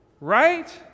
Right